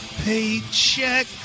paycheck